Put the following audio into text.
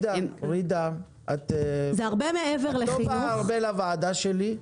את לא באה הרבה לוועדה שלי,